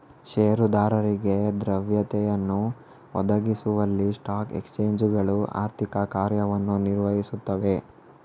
ಷೇರುದಾರರಿಗೆ ದ್ರವ್ಯತೆಯನ್ನು ಒದಗಿಸುವಲ್ಲಿ ಸ್ಟಾಕ್ ಎಕ್ಸ್ಚೇಂಜುಗಳು ಆರ್ಥಿಕ ಕಾರ್ಯವನ್ನು ನಿರ್ವಹಿಸುತ್ತವೆ